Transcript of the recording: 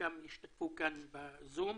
חלקם ישתתפו כאן בזום.